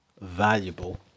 valuable